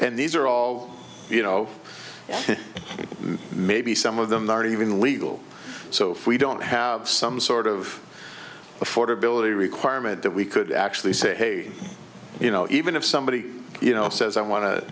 and these are all you know maybe some of them are even legal so if we don't have some sort of affordability requirement that we could actually say hey you know even if somebody you know says i want to